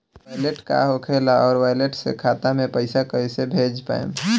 Wallet का होखेला और वैलेट से खाता मे पईसा कइसे भेज पाएम?